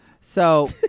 So-